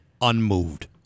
unmoved